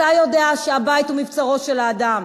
אתה יודע שהבית הוא מבצרו של האדם.